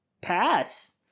pass